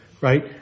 right